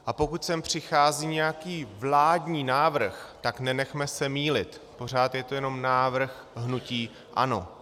A pokud sem přichází nějaký vládní návrh, tak nenechme se mýlit, pořád je to jenom návrh hnutí ANO.